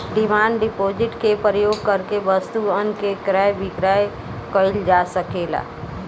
demand deposit के प्रयोग करके वस्तुअन के क्रय विक्रय कईल जा सकेला